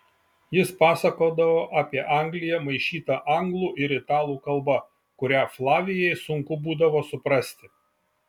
jis pasakodavo apie angliją maišyta anglų ir italų kalba kurią flavijai sunku būdavo suprasti